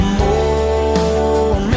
more